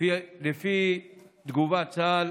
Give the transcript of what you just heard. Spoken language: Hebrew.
לפי תגובת צה"ל,